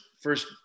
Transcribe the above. first